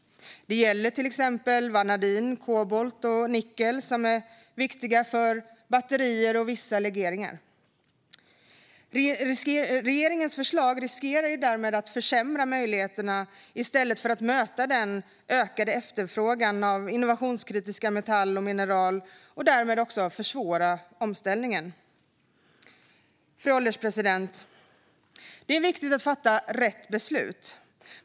Det gäller till exempel vanadin, kobolt och nickel som är viktiga för batterier och vissa legeringar. Regeringens förslag riskerar därmed att försämra möjligheterna att möta den ökade efterfrågan på innovationskritiska metaller och mineral, och därmed också försvåra omställningen. Fru ålderspresident! Det är viktigt att fatta rätt beslut.